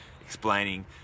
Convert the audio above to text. explaining